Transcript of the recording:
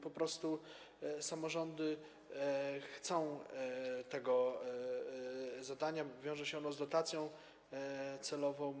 Po prostu samorządy chcą tego zadania, bo wiąże się ono z dotacją celową.